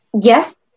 Yes